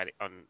on